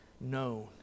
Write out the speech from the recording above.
known